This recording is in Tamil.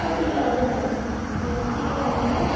ஓடிபில்லாம் வந்துடுச்சி எனக்கு நீங்கள் கொஞ்சம் சீக்கிரமாக வந்தீங்கன்னா